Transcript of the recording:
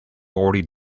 already